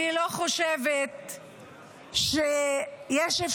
אני לא חושבת שיש באמת